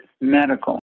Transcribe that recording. medical